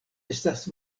estas